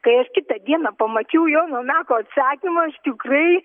kai aš kitą dieną pamačiau jono meko atsakymą aš tikrai